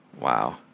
Wow